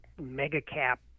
mega-cap